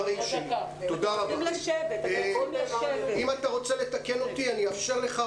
אם אתה רוצה לתקן אותי, אני אאפשר לך.